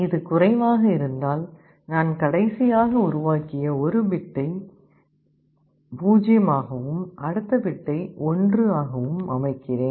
இது குறைவாக இருந்தால் நான் கடைசியாக உருவாக்கிய 1 பிட்டை 0 ஆகவும் அடுத்த பிட்டை 1 ஆகவும் அமைக்கிறேன்